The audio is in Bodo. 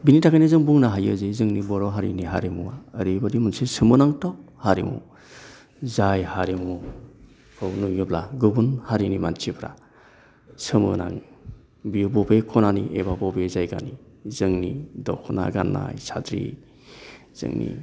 बिनि थाखायनो जों बुंनो हायो जे जोंनि बर' हारिनि हारिमुआ ओरैबायदि मोनसे सोमोनांथाव हारिमु जाय हारिमुखौ नुयोब्ला गुबुन हारिनि मानसिफ्रा सोमो नाङो बियो बबे खनानि एबा बबे जायगानि जोंनि दख'ना गाननाय साद्रि जोंनि